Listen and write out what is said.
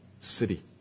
city